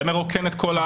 זה מרוקן את כל ההצעה.